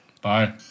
Bye